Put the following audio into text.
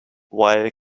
while